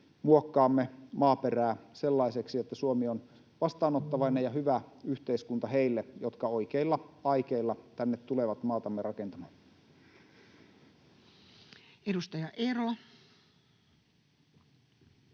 muokkaamme maaperää sellaiseksi, että Suomi on vastaanottavainen ja hyvä yhteiskunta heille, jotka oikeilla aikeilla tänne tulevat maatamme rakentamaan.